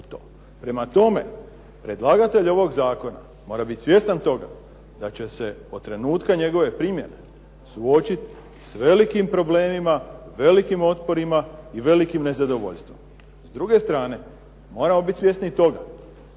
Prema tome, predlagatelj ovog zakona mora bit svjestan toga da će se od trenutka njegove primjene suočiti s velikim problemima, velikim otporima i velikim nezadovoljstvom. S druge strane, moramo bit svjesni i toga,